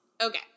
Okay